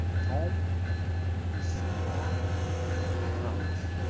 tome de savoie france